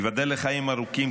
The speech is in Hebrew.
ייבדל לחיים ארוכים,